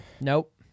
Nope